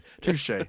Touche